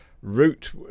route